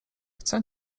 chcę